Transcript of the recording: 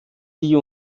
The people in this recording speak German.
die